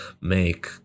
make